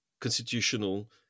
constitutional